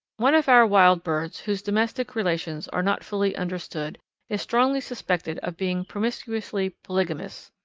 one of our wild birds whose domestic relations are not fully understood is strongly suspected of being promiscuously polygamous.